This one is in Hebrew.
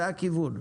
זה הכיוון.